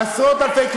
עשרות-אלפי,